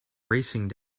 racing